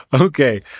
Okay